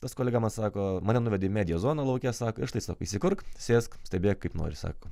tas kolega man sako mane nuvedė į medijos zoną lauke sako tiesiog įsikurk sėsk stebėk kaip nori sako